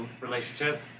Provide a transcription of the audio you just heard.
relationship